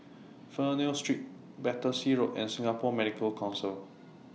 Fernvale Street Battersea Road and Singapore Medical Council